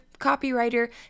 copywriter